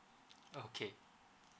okay